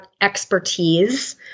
expertise